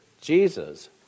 Jesus